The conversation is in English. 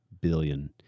billion